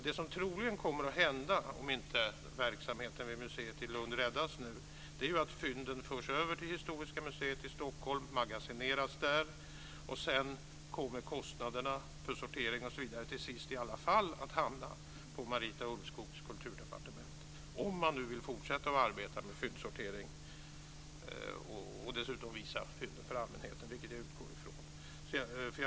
Det som troligen kommer att hända, om inte verksamheten vid museet i Lund räddas, är att fynden förs över till Historiska museet i Stockholm, magasineras där och till sist kommer kostnaderna i alla fall att hamna på Marita Ulvskogs kulturdepartement, om man nu vill fortsätta att arbete med fyndsortering och visa fynden för allmänheten, vilket jag utgår ifrån.